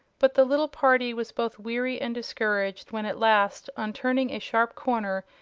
but the little party was both weary and discouraged when at last, on turning a sharp corner,